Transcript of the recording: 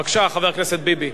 בבקשה, חבר הכנסת ביבי.